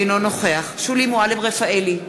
אינו נוכח שולי מועלם-רפאלי,